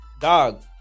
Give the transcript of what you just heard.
dog